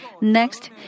Next